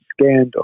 scandal